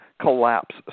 collapse